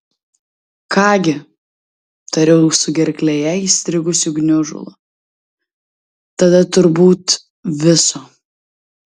ką gi tariau su gerklėje įstrigusiu gniužulu tada turbūt viso